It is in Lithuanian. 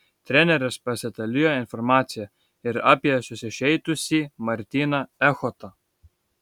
treneris pasidalijo informacija ir apie susižeidusį martyną echodą